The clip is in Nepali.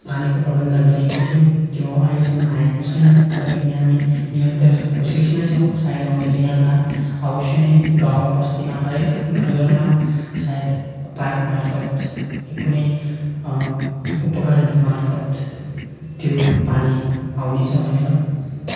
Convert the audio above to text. पानीको प्रबन्ध गरिएको थियो त्यो अहिलेसम्म आएको छैन तरै पनि हामी निरन्तर कोसिसमै छौँ सायद आउने दिनहरूमा अवश्य नै गाउँबस्तीमा हरेक घरघरमा सायद पाइप मार्फत् कुनै उपकरण मार्फत् त्यो पानी आउनेछ भनेर